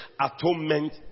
atonement